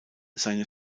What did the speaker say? seine